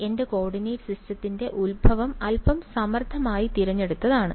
എന്റെ കോർഡിനേറ്റ് സിസ്റ്റത്തിന്റെ ഉത്ഭവം അൽപ്പം സമർത്ഥമായി തിരഞ്ഞെടുത്തതാണ്